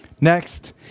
Next